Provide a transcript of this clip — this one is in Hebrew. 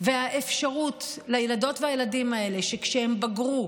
והאפשרות לילדות והילדים האלה שכשהם בגרו,